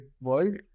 world